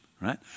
right